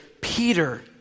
Peter